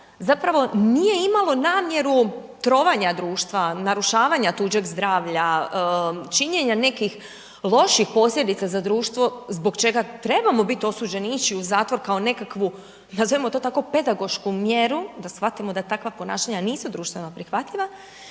zapravo nije imalo namjeru trovanja društva, narušavanja tuđeg zdravlja, činjenja nekih loših posljedica za društvo, zbog čega trebamo bit osuđeni i ići u zatvor kao nekakvu, nazovimo to tako, pedagošku mjeru, da shvatimo da takva ponašanja nisu društveno prihvatljiva,